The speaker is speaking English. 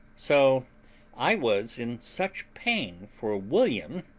so i was in such pain for william